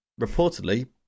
reportedly